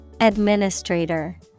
Administrator